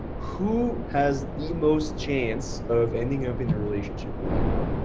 who has the most chance of ending up in a relationship with that girl?